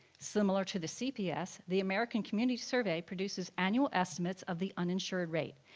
similar to the cps, the american communities survey produces annual estimates of the uninsured rate.